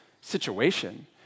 situation